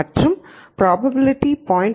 மற்றும் ப்ராபபிலிட்டி 0